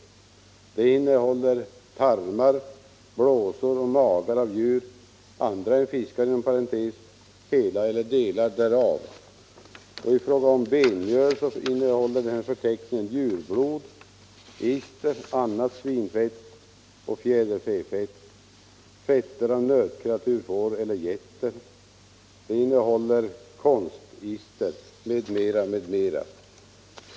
Förteckningen omfattar tarmar, blåsor och magar av djur — andra än fiskar — hela eller delar därav, djurblod, ister, annat svinfett och fjäderfäfett, fetter av nötkreatur, får eller getter, konstister m.m., m.m.